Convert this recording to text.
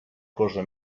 cosa